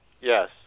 Yes